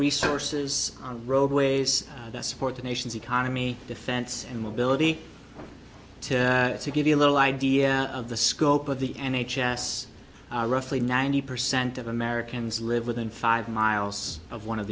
resources on roadways that support the nation's economy defense and mobility to give you a little idea of the scope of the n h s roughly ninety percent of americans live within five miles of one of